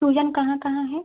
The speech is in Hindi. सूजन कहाँ कहाँ है